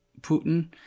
Putin